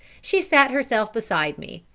she sat herself beside me,